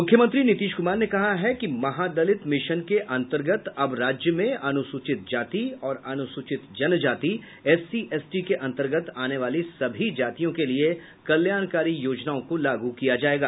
मुख्यमंत्री नीतीश कुमार ने कहा है कि महादलित मिशन के अंतर्गत अब राज्य में अनुसूचित जाति और अनुसूचित जनजाति एससी एसटी के अंतर्गत आने वाली सभी जातियों के लिये कल्याणकारी योजनाओं को लागू किया जायेगा